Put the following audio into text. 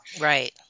Right